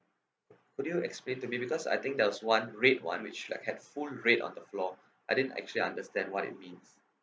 could you explain to me because I think that's one red one which like had full red on the floor I didn't actually understand what it means